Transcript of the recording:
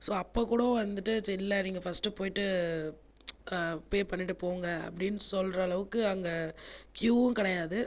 so அப்போது கூட வந்துகிட்டு ச்ச இல்லை நீங்கள் ஃபர்ஸ்ட் போயிட்டு பே பண்ணிவிட்டு போங்க அப்படின்னு சொல்கிற அளவுக்கு அங்கே கியூவும் கிடையாது